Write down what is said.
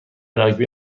راگبی